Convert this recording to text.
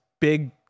big